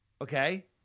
Okay